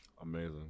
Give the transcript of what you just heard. amazing